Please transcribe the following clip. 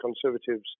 Conservatives